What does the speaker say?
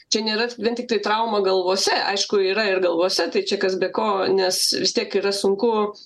čia nėra vien tiktai trauma galvose aišku yra ir galvose tai čia kas be ko nes vis tiek yra sunku